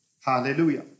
Hallelujah